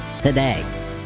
today